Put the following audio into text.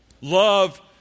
Love